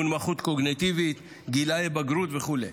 מונמכות קוגניטיבית, גילי בגרות וכו'.